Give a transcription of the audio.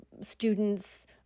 students